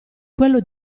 quello